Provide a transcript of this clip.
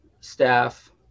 staff